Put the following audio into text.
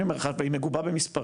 אני אומר לך, והיא מגובה במספרים,